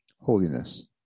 holiness